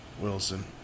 Wilson